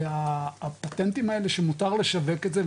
והפטנטים שמותר לשווק את זה,